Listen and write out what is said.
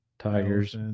Tigers